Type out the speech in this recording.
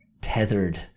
tethered